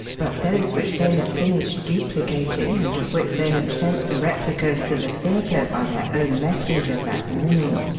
but those which they had finished duplicating and of which they had sent the replicas to the theatre by their own messenger that morning.